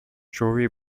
jewellery